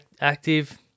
active